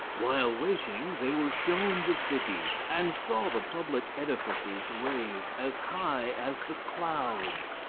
while waiting they were shown the city, and saw the public edifices raised as high as the clouds,